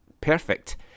perfect